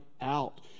out